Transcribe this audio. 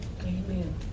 Amen